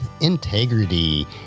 integrity